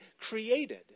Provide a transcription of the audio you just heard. created